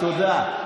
תודה.